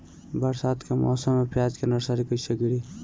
बरसात के मौसम में प्याज के नर्सरी कैसे गिरी?